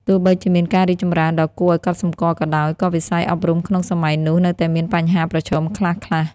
ទោះបីជាមានការរីកចម្រើនដ៏គួរឱ្យកត់សម្គាល់ក៏ដោយ ក៏វិស័យអប់រំក្នុងសម័យនោះនៅតែមានបញ្ហាប្រឈមខ្លះៗ។